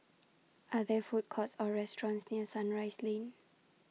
Are There Food Courts Or restaurants near Sunrise Lane